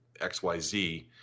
XYZ